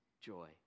joy